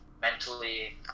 Mentally